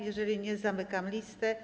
Jeżeli nie, zamykam listę.